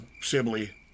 Sibley